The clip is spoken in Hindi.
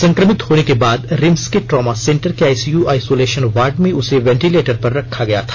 संकमित होने के बाद रिम्स के ट्रॉमा सेंटर के आइसीयू आइसोलेशन वार्ड में उसे वेंटिलेटर पर रखा गया था